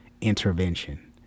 intervention